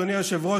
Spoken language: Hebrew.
אדוני היושב-ראש,